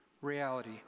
reality